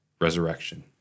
resurrection